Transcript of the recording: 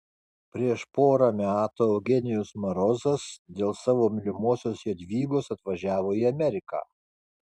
prieš porą metų eugenijus marozas dėl savo mylimosios jadvygos atvažiavo į ameriką